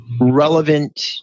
relevant